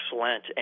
excellent